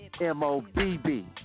M-O-B-B